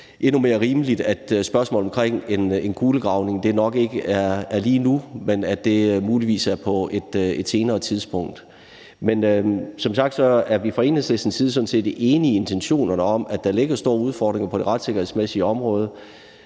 endnu mere rimeligt at mene, at spørgsmålet om en kulegravning nok ikke er aktuelt lige nu, men muligvis er det på et senere tidspunkt. Som sagt er vi fra Enhedslistens side sådan set enige i intentionerne og i, at der ligger store udfordringer på det retssikkerhedsmæssige område.